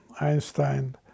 Einstein